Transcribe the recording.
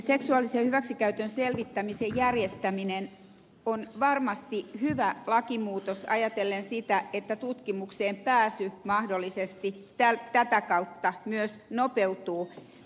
seksuaalisen hyväksikäytön selvittämisen järjestäminen on varmasti hyvä lakimuutos ajatellen sitä että tutkimukseen pääsy mahdollisesti tätä kautta myös nopeutuu